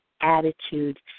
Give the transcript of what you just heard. attitude